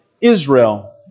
Israel